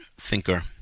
thinker